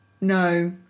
No